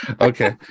Okay